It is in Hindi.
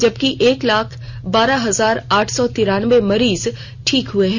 जबकि एक लाख बारह हजार आठ सौ तिरानबे मरीज ठीक हए हैं